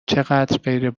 چقدرغیر